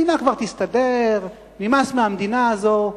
המדינה תסתדר, נמאס מהמדינה הזאת.